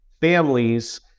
families